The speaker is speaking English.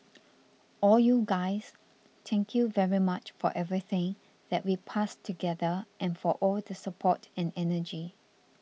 all you guys thank you very much for everything that we passed together and for all the support and energy